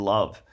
Love